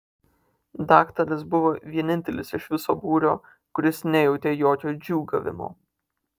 daktaras buvo vienintelis iš viso būrio kuris nejautė jokio džiūgavimo